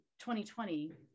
2020